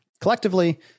collectively